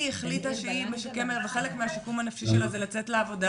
החליטה שחלק מהשיקום הנפשי שלה זה לצאת לעבודה?